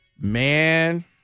man –